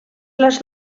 les